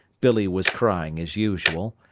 billee was crying as usual.